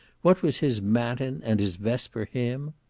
what was his matin and his vesper hymn?